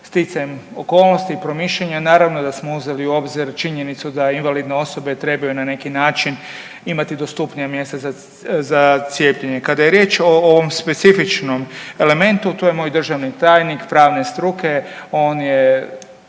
sticajem okolnosti i promišljanja naravno da smo uzeli u obzir činjenicu da invalidne osobe trebaju na neki način imati dostupnija mjesta za cijepljenje. Kada je riječ o ovom specifičnom elementu, tu je moj državni tajnik pravne struke, on je